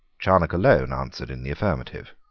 charnock alone answered in the affirmative.